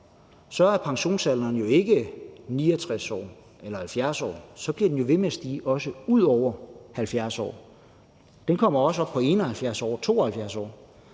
er pensionsalderen jo ikke 69 år eller 70 år – den bliver jo også ved med at stige ud over de 70 år, så den kommer op på 71 år og 72 år.